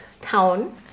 town